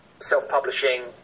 self-publishing